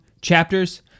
Chapters